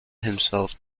himself